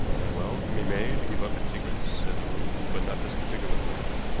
a well can be made to give up its secrets, as a rule, but not this particular well.